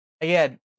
again